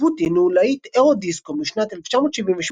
Rasputin הוא להיט אירו-דיסקו משנת 1978,